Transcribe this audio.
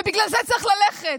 ובגלל זה צריך ללכת,